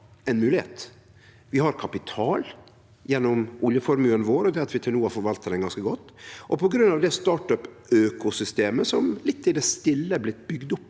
ei moglegheit. Vi har kapital gjennom oljeformuen vår og det at vi til no har forvalta han ganske godt, og på grunn av det startup-økosystemet som litt i det stille er blitt bygd opp